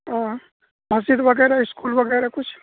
مسجد وغیرہ اسکول وغیرہ کچھ